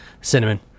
Cinnamon